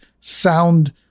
sound